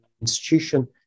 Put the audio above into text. institution